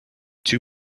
two